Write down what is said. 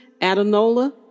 Adanola